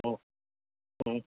ಹ್ಞೂ ಹ್ಞೂ